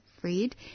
freed